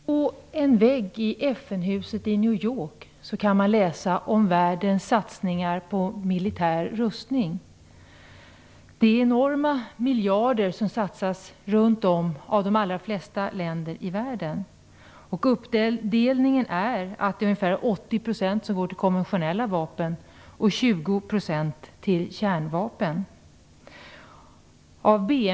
Herr talman! På en vägg i FN-huset i New York kan man läsa om världens satsningar på militär rustning. Det är enorma miljarder som satsas av de allra flesta länder runt om i världen. Uppdelningen är att ungefär 80 % går till konventionella vapen och 20 % till kärnvapen.